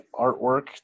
artwork